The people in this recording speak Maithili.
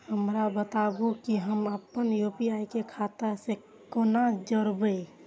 हमरा बताबु की हम आपन यू.पी.आई के खाता से कोना जोरबै?